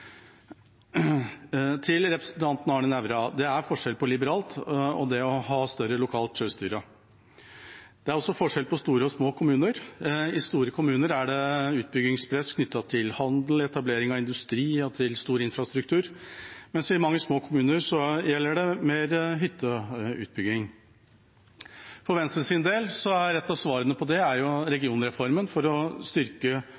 Til representanten Arne Nævra: Det er forskjell på liberalt og det å ha større lokalt selvstyre. Det er også forskjell på store og små kommuner. I store kommuner er det utbyggingspress knyttet til handel, til etablering av industri og til stor infrastruktur. I mange små kommuner gjelder det mer hytteutbygging. For Venstres del er et av svarene